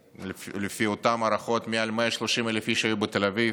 ולפי אותן הערכות, מעל 130,000 היו בתל אביב.